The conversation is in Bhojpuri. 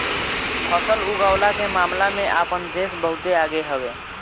फसल उगवला के मामला में आपन देश बहुते आगे हवे